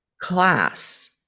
class